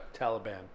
Taliban